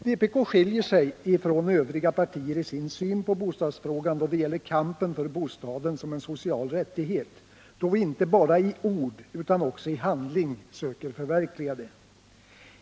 Vpk skiljer sig från övriga partier i sin syn på bostadsfrågan när det gäller kampen för bostaden som en social rättighet, då vi inte bara i ord utan också i handling söker förverkliga detta.